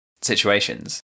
situations